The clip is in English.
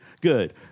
good